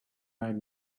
are